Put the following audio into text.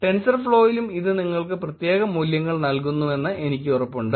ടെൻസർഫ്ലോയിലും ഇത് നിങ്ങൾക്ക് പ്രത്യേക മൂല്യങ്ങൾ നൽകുന്നുവെന്ന് എനിക്ക് ഉറപ്പുണ്ട്